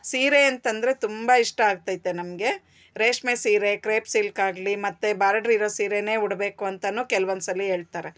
ಸೀರೆ ಅಂತಂದರೆ ತುಂಬ ಇಷ್ಟ ಆಗ್ತೈತೆ ನಮಗೆ ರೇಷ್ಮೆ ಸೀರೆ ಕ್ರೇಪ್ ಸಿಲ್ಕಾಗಲಿ ಮತ್ತೆ ಬಾರ್ಡ್ರಿರೋ ಸೀರೆನೇ ಉಡಬೇಕು ಅಂತಲೂ ಕೆಲವೊಂದ್ಸಲ ಹೇಳ್ತಾರೆ